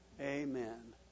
Amen